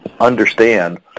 understand